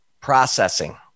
processing